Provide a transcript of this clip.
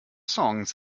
songs